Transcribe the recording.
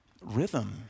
rhythm